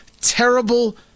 terrible